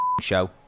show